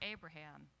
Abraham